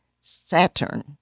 Saturn